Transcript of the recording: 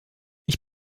ich